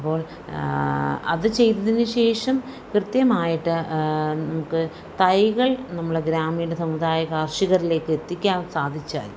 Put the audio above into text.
അപ്പോൾ അത് ചെയ്തതിന് ശേഷം കൃത്യമായിട്ട് നമുക്ക് തൈകൾ നമ്മുടെ ഗ്രാമീണ സമുദായ കർഷകരിലേക്ക് എത്തിക്കാൻ സാധിച്ചാൽ